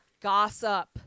Gossip